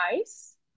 ice